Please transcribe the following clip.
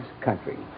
Country